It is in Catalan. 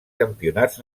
campionats